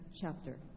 chapter